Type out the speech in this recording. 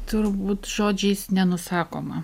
turbūt žodžiais nenusakoma